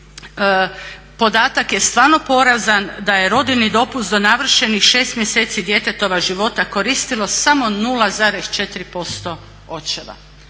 podatak je stvarno porazan, da je rodiljni dopust do navršenih 6 mjeseci djetetova života koristilo samo 0,4% očeva.